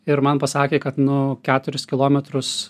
ir man pasakė kad nu keturis kilometrus